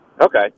Okay